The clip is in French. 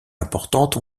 importantes